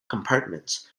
compartments